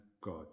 God